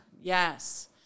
Yes